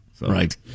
Right